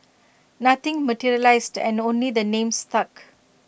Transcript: nothing materialised and only the name stuck